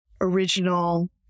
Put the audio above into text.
original